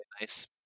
nice